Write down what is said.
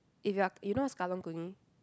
if you are you know what's karung guni